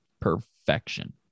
perfection